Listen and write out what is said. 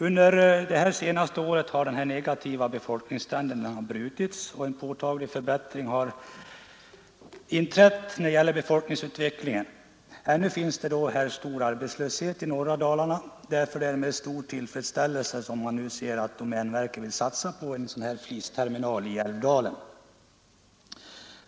Under det senaste året har den negativa befolkningstrenden brutits, och en påtaglig förbättring i vad gäller befolkningsutvecklingen har inträtt. Ännu finns dock en mycket hög arbetslöshet i norra Dalarna, och därför betraktar vi det med stor tillfredsställelse att domänverket nu vill satsa på en flisterminal i Älvdalen.